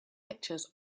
pictures